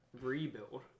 rebuild